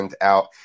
out